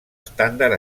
estàndard